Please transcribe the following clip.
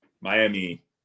Miami